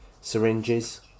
syringes